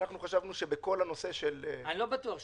אנחנו חשבנו שבכל הנושא של --- אני לא בטוח שחשבתם.